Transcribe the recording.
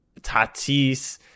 Tatis